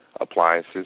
appliances